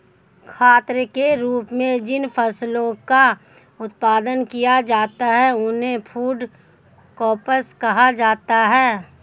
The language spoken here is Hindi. खाद्यान्न के रूप में जिन फसलों का उत्पादन किया जाता है उन्हें फूड क्रॉप्स कहा जाता है